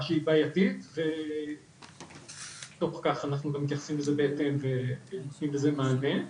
שהיא בעייתית ותוך כך אנחנו מתייחסים לזה בהתאם ונותנים לזה מענה.